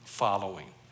following